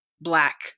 black